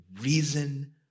reason